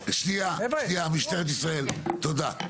תודה.